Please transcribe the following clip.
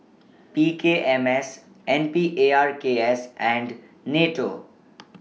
P K M S N P A R K S and NATO